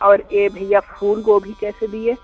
और ये भैया फूल गोभी कैसे दिए